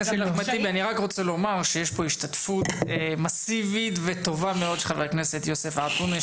לומר שיש פה השתתפות מסיבית וטובה מאוד של חבר הכנסת יוסף עטאונה,